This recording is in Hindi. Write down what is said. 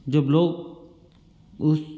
जब लोग उस